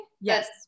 yes